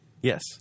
Yes